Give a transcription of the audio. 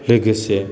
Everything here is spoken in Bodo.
लोगोसे